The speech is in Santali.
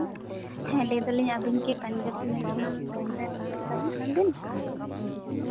ᱦᱮᱸ ᱞᱟᱹᱭ ᱫᱟᱞᱤᱧ ᱟᱵᱤᱱ ᱠᱤ ᱯᱟᱧᱡᱟᱵᱽ ᱱᱮᱥᱚᱱᱟᱞ ᱵᱮᱝᱠ ᱨᱮᱱ ᱚᱯᱷᱤᱥᱟᱨ ᱠᱟᱱᱟᱵᱤᱱ